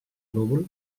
núvol